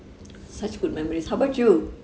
such good memories how about you